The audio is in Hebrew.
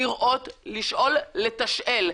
לראות, לשאול לתשאל.